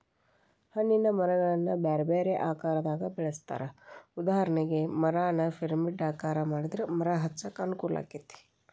ಹಣ್ಣಿನ ಮರಗಳನ್ನ ಬ್ಯಾರ್ಬ್ಯಾರೇ ಆಕಾರದಾಗ ಬೆಳೆಸ್ತಾರ, ಉದಾಹರಣೆಗೆ, ಮರಾನ ಪಿರಮಿಡ್ ಆಕಾರ ಮಾಡಿದ್ರ ಮರ ಹಚ್ಚಾಕ ಅನುಕೂಲಾಕ್ಕೆತಿ